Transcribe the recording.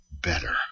better